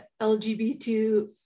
LGBT